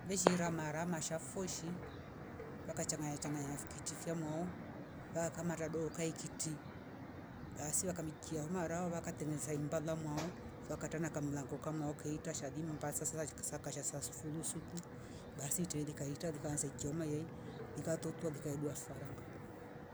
Veshira mara masha foshi vakachanga changanya na fikitia mo va kamata doka ikiti basi akamikia humara wakatengeza imbala mwao wakata na kamlango kamwa uko ita shadi mbasa saaja kashaka sasufulusutu basi teli kaita likaanza ichoma ye likatotoa likaidua faranga,